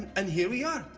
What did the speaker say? and here we are.